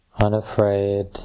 unafraid